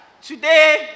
Today